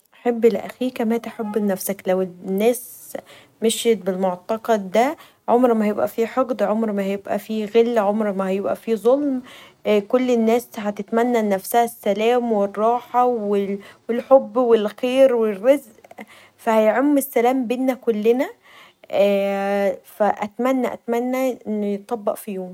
حب لأخيك ما تحبه لنفسك لو الناس مشيت بالمعتقد دا عمر ما هيبقي فيه حقد عمر ما هيبقي فيه غل عمر ما هيبقي فيه ظلم الناس هتتمني لنفسها السلام و الراحه و الحب و الخير و الرزق فهيعم السلام بينا كلنا فاتمني اتمني ان يطبق في يوم